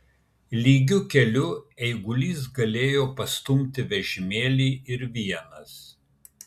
lygiu keliu eigulys galėjo pastumti vežimėlį ir vienas